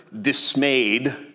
dismayed